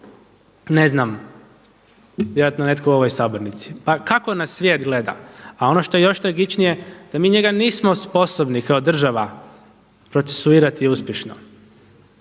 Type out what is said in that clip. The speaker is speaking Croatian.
što kaže vjerojatno netko u ovoj sabornici? Pa kako nas svijet gleda? A ono što je još tragičnije da mi njega nismo sposobni kao država procesuirati uspješno.